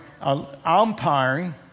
umpiring